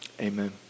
Amen